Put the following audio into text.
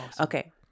Okay